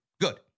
Good